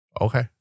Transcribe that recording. Okay